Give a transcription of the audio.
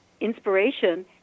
inspiration